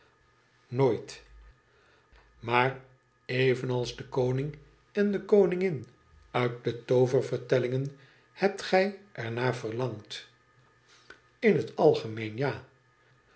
inooit maar evenals de koning en koningin uit de tooververtellingen hebt gij er naar verlangd tin het algemeen ja